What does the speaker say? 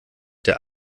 der